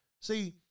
See